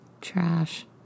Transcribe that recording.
Trash